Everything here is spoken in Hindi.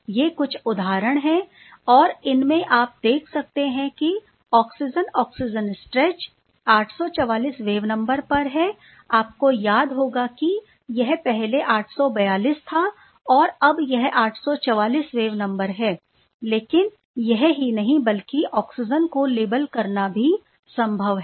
ये कुछ उदाहरण हैं और इनमें आप देख सकते हैं कि oxygen oxygen stretch 844 wave number पर है आपको याद होगा कि यह पहले 842 था और अब यह 844 वेब नंबर हैं और केवल यह ही नहीं बल्कि ऑक्सीजनको लेबल करना भी संभव है